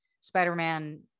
Spider-Man